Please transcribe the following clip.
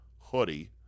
hoodie